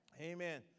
amen